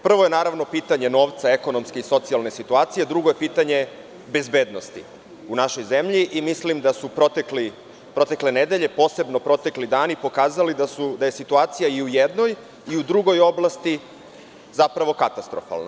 Prvo je, naravno, pitanje novca, ekonomske i socijalne situacije, drugo je pitanje bezbednosti u našoj zemlji i mislim da su protekle nedelje, posebno protekli dani, pokazali da je situacija i u jednoj i u drugoj oblasti zapravo katastrofalna.